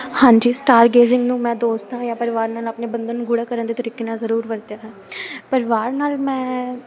ਹਾਂਜੀ ਸਟਾਰਗੇਜਿੰਗ ਨੂੰ ਮੈਂ ਦੋਸਤਾਂ ਜਾਂ ਪਰਿਵਾਰ ਨਾਲ ਆਪਣੇ ਬੰਧਨ ਨੂੰ ਗੂੜ੍ਹਾ ਕਰਨ ਦੇ ਤਰੀਕੇ ਨਾਲ ਜ਼ਰੂਰ ਵਰਤਿਆ ਪਰਿਵਾਰ ਨਾਲ ਮੈਂ